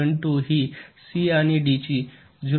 2 हि C आणि D ची 0